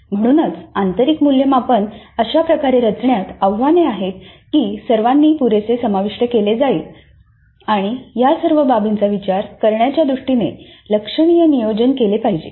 म्हणूनच आंतरिक मूल्यमापन अशा प्रकारे रचण्यात आव्हाने आहेत की सर्व सीओना पुरेसे समाविष्ट केले जाईल आणि या सर्व बाबींचा विचार करण्याच्या दृष्टीने लक्षणीय नियोजन केले पाहिजे